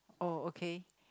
oh okay